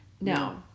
No